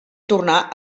tornar